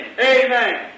Amen